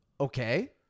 Okay